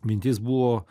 mintis buvo